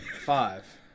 Five